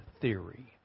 theory